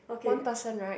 one person right